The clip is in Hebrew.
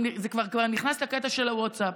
זה כבר נכנס לקטע של הווטסאפ.